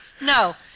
no